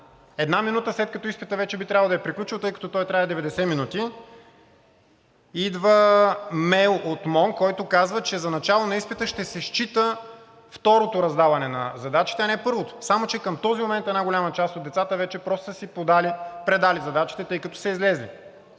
една минута, след като изпитът вече би трябвало да е приключил, тъй като той трае 90 минути, идва имейл от МОН, който казва, че за начало на изпита ще се счита второто раздаване на задачите, а не първото, само че към този момент една голяма част от децата вече са си предали задачите, тъй като са излезли.